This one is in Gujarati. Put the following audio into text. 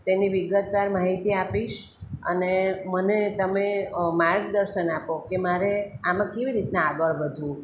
તેની વિગતવાર માહિતી આપીશ અને મને તમે માર્ગદર્શન આપો કે મારે આમાં કેવી રીતના આગળ વધવું